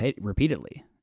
repeatedly